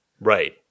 Right